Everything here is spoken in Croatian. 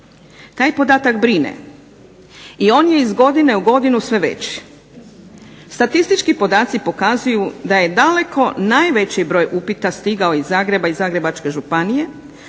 Taj podatak brine i on je iz godine u godinu sve veći. Statistički podaci pokazuju da je daleko najveći broj upita stigao iz Zagreba i Zagrebačke županije